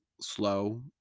slow